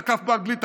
תקף באנגלית,